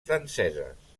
franceses